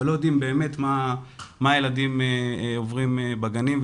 אבל לא יודעים באמת מה הילדים עוברים בגנים.